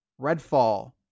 Redfall